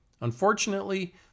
Unfortunately